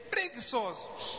Preguiçosos